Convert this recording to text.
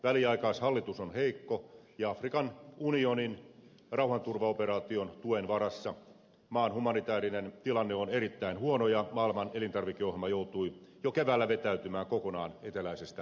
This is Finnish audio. väliaikaishallitus on heikko ja afrikan unionin rauhanturvaoperaation tuen varassa maan humanitäärinen tilanne on erittäin huono ja maailman elintarvikeohjelma joutui jo keväällä vetäytymään kokonaan eteläisestä somaliasta